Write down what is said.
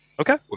Okay